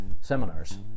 seminars